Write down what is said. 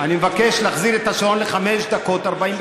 אני מבקש להחזיר את השעון ל-5:45 דקות.